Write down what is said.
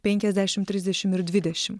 penkiasdešim trisdešim ir dvidešim